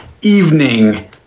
evening